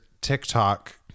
TikTok